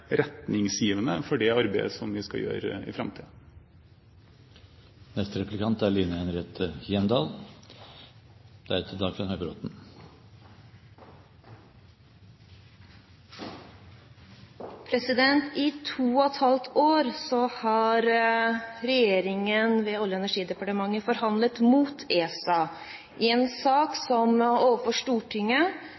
retningsgivende for det arbeidet som vi skal gjøre i framtiden. I to og et halvt år har regjeringen ved Olje- og energidepartementet forhandlet mot ESA i en sak